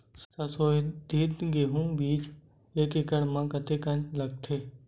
संसोधित गेहूं बीज एक एकड़ म कतेकन लगथे?